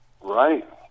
Right